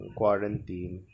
quarantine